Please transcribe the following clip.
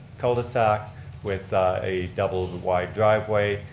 cul-de-sac with a double wide driveway,